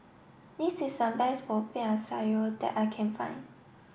this is a best Popiah Sayur that I can find